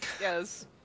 Yes